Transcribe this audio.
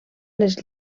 les